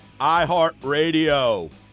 iHeartRadio